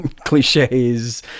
cliches